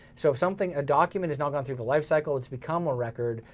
so if something, a document has not gone through the life cycle, it's become a record,